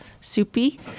soupy